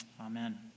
amen